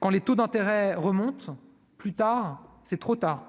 quand les taux d'intérêts remontent plus tard, c'est trop tard,